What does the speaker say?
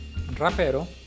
rapero